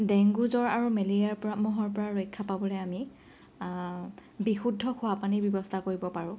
dengue জ্বৰ আৰু মেলেৰীয়াৰ পৰা মহৰ পৰা ৰক্ষা পাবলৈ আমি বিশুদ্ধ খোৱা পানীৰ ব্যৱস্থা কৰিব পাৰোঁ